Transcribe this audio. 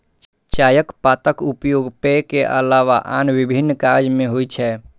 चायक पातक उपयोग पेय के अलावा आन विभिन्न काज मे होइ छै